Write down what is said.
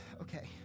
Okay